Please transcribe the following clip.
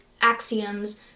Axioms